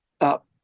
up